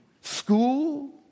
School